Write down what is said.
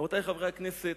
רבותי חברי הכנסת,